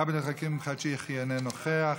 עבד אל חכים חאג' יחיא, אינו נוכח.